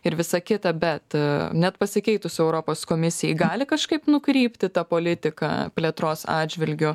ir visa kita bet net pasikeitus europos komisijai gali kažkaip nukrypti ta politika plėtros atžvilgiu